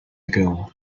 ago